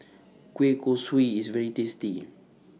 Kueh Kosui IS very tasty